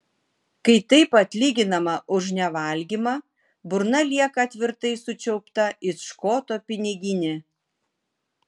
kai taip atlyginama už nevalgymą burna lieka tvirtai sučiaupta it škoto piniginė